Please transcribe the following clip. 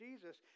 Jesus